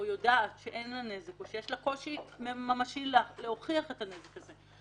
או יש לה קושי ממשי להוכיח את הנזק שלה,